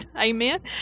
amen